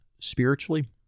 spiritually